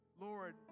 Lord